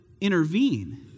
intervene